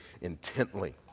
intently